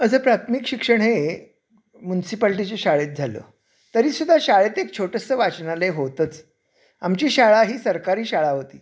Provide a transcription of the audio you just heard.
अझं प्राथमिक शिक्षण हे म्युन्सिपॅल्टीच्या शाळेत झालं तरी सुद्धा शाळेत एक छोटंसं वाचनालय होतच आमची शाळा ही सरकारी शाळा होती